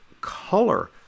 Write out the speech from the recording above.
color